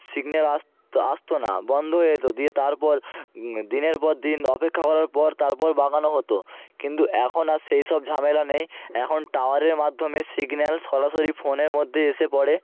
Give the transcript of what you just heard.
signal আসত আসত না বন্ধ হয়ে যেত দিয়ে তারপর দিনের পর দিন অপেক্ষা করার পর তারপর বাগানো হতো কিন্তু এখন আর সেই সব ঝামেলা নেই এখন টাওয়ারের মাধ্যমে সিগনাল সরাসরি ফোনের মধ্যে এসে পড়ে